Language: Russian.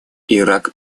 ирак